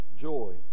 joy